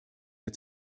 der